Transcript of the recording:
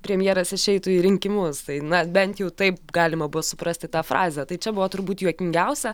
premjeras išeitų į rinkimus tai na bent jau taip galima buvo suprasti tą frazę tai čia buvo turbūt juokingiausia